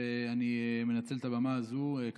אני מנצל את הבמה הזאת להתנצל בפניך.